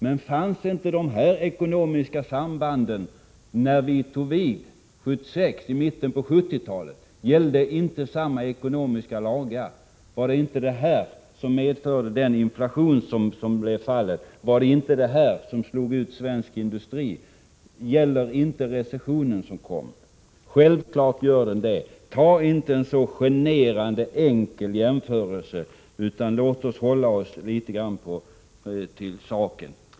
Men fanns inte de här ekonomiska sambanden när vi tog vid 1976? Gällde inte samma ekonomiska lagar i mitten av 1970-talet? Var det inte det här som medförde den inflation som blev fallet? Var det inte det här som slog ut svensk industri? Var det inte en recession som kom? Självfallet var det så. Gör inte en så generande enkel jämförelse, utan låt oss i stället hålla oss litet grand till saken.